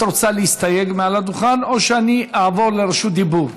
את רוצה להסתייג מעל הדוכן או שאני אעבור לרשות דיבור?